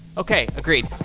okay. agreed.